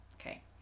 okay